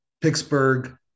Pittsburgh